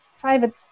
private